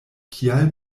kial